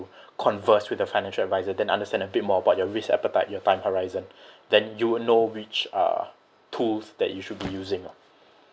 converse with a financial advisor then understand a bit more about your risk appetite your time horizon then you'll know which uh tools that you should be using ah